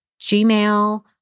Gmail